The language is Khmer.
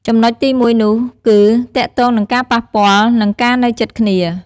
ចំណុចទីមួយនោះ គឺទាក់ទងនឹងការប៉ះពាល់ និងការនៅជិតគ្នា។